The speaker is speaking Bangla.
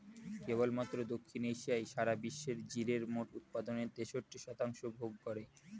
কেবলমাত্র দক্ষিণ এশিয়াই সারা বিশ্বের জিরের মোট উৎপাদনের তেষট্টি শতাংশ ভোগ করে